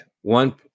one